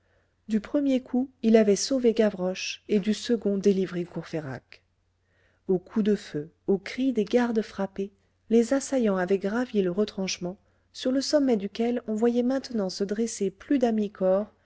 du premier coup il avait sauvé gavroche et du second délivré courfeyrac aux coups de feu aux cris des gardes frappés les assaillants avaient gravi le retranchement sur le sommet duquel on voyait maintenant se dresser plus d'à mi-corps